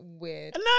weird